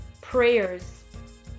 prayers